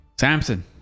Samson